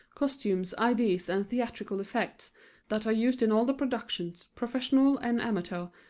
costumes, ideas and theatrical effects that are used in all the productions, professional and amateur,